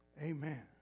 Amen